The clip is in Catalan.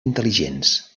intel·ligents